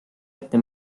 ette